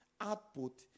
output